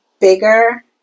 bigger